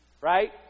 Right